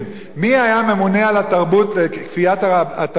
מי היה ממונה על כפיית התרבות,